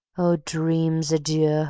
oh, dreams adieu!